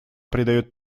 придает